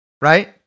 right